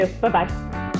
bye-bye